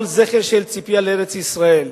כל זכר של ציפייה לארץ-ישראל.